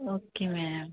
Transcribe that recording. okay ma'am